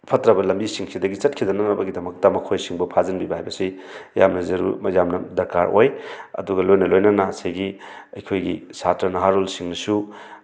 ꯐꯠꯇ꯭ꯔꯕ ꯂꯝꯕꯤꯁꯤꯡꯁꯤꯗꯒꯤ ꯆꯠꯈꯤꯗꯅꯅꯕꯒꯤꯗꯃꯛꯇ ꯃꯈꯣꯏꯁꯤꯡꯕꯨ ꯐꯥꯖꯤꯟꯕꯤꯕ ꯍꯥꯏꯕꯁꯤ ꯌꯥꯝꯅ ꯌꯥꯝꯅ ꯗꯔꯀꯥꯔ ꯑꯣꯏ ꯑꯗꯨꯒ ꯂꯣꯏꯅ ꯂꯣꯏꯅꯅ ꯑꯁꯤꯒꯤ ꯑꯩꯈꯣꯏꯒꯤ ꯁꯥꯇ꯭ꯔ ꯅꯍꯥꯔꯣꯜꯁꯤꯡꯅꯁꯨ